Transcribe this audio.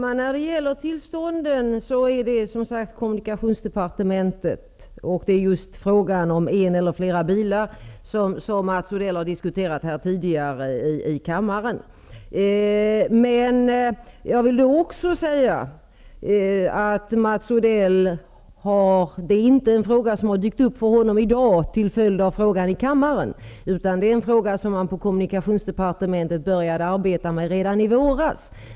Herr talman! Tillstånden är som sagt en fråga för kommunikationsdepartementet. Det är just frågan om en eller flera bilar som Mats Odell har diskuterat tidigare i kammaren. Men jag vill också säga att det inte är ett ärende som har dykt upp för Mats Odell i dag till följd av frågan i kammaren, utan det är ett ärende som man började arbeta med på kommunikationsdepartementet redan i våras.